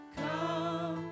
come